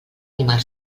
animar